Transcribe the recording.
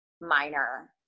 minor